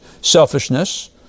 selfishness